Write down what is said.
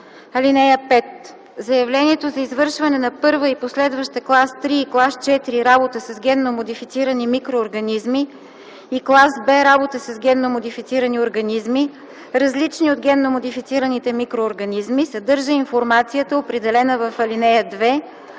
„(5) Заявлението за извършване на първа и последваща клас 3 и клас 4 работа с генно модифицирани микроорганизми и клас Б работа с генно модифицирани организми, различни от генно модифицираните микроорганизми, съдържа информацията, определена в ал. 2,